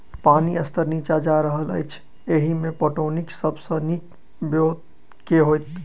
पानि स्तर नीचा जा रहल अछि, एहिमे पटौनीक सब सऽ नीक ब्योंत केँ होइत?